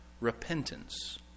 repentance